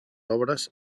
obres